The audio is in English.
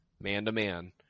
man-to-man